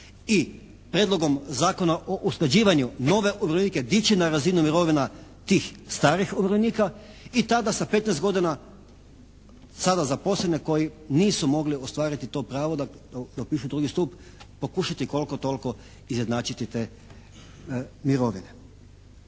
i Prijedlogom Zakona o usklađivanju nove …/Govornik se ne razumije./… dići na razinu mirovina tih starih umirovljenika i tada sa 15 godina sada zaposlene koji nisu mogli ostvariti to pravo da upišu drugi stup pokušati koliko toliko izjednačiti te mirovine.